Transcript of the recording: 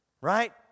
right